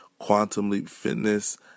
quantumleapfitness